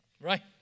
Right